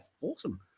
awesome